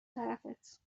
طرفت